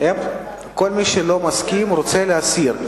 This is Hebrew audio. כל מי שלא מסכים רוצה להסיר,